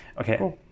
Okay